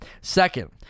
Second